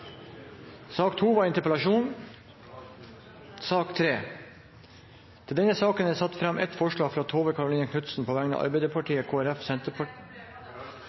sak nr. 2 foreligger det ikke noe voteringstema. Under debatten er det satt fram ett forslag fra Tove Karoline Knutsen på vegne av Arbeiderpartiet,